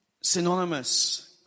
synonymous